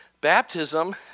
Baptism